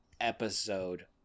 episode